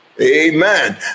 Amen